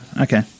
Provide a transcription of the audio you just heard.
Okay